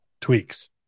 tweaks